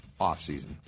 offseason